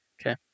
Okay